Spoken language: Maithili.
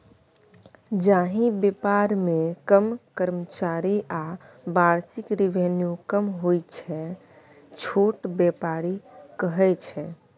जाहि बेपार मे कम कर्मचारी आ बार्षिक रेवेन्यू कम होइ छै छोट बेपार कहय छै